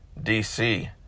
DC